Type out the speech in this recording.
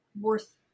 worth